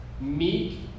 meek